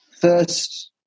First